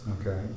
Okay